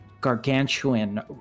gargantuan